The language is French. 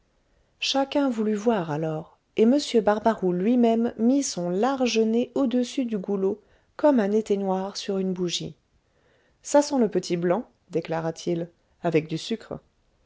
chacun voulut voir alors et m barbaroux lui-même mit son large nez au-dessus du goulot comme un éteignoir sur une bougie ça sent le petit blanc déclara-t-il avec du sucre